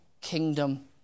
kingdom